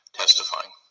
testifying